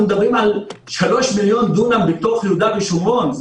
אנחנו מדברים על 3 מיליון דונם בתוך יהודה ושומרון.